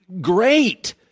great